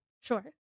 Sure